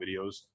videos